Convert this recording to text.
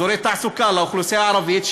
אזורי תעסוקה לאוכלוסייה הערבית,